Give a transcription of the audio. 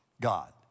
God